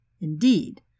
Indeed